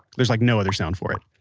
there's like no other sound for it.